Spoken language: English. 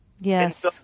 Yes